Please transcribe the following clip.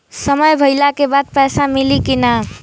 समय भइला के बाद पैसा मिली कि ना?